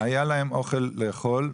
היה להם אוכל לאכול,